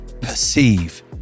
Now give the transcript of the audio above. perceive